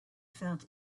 felt